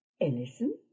Ellison